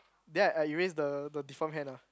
dad I erase the the deform hand ah